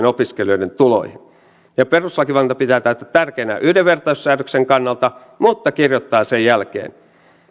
opiskelijoiden tuloihin perustuslakivaliokunta pitää tätä tärkeänä yhdenvertaisuussäädöksen kannalta mutta kirjoittaa sen jälkeen